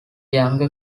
younger